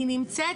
היא נמצאת,